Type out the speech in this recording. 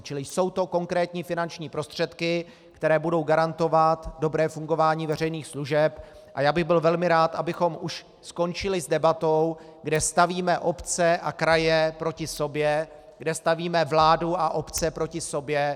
Čili jsou to konkrétní finanční prostředky, které budou garantovat dobré fungování veřejných služeb, a já bych byl velmi rád, abychom už skončili s debatou, kde stavíme obce a kraje proti sobě, kde stavíme vládu a obce proti sobě.